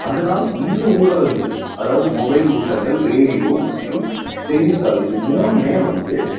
அதனால் இந்த ஊடகங்கள் அதாவது மொபைல் ஊட்டங்கள் ரேடியோ மற்றும் செய்தித்தாள் இது மூணுமே வந்து